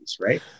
Right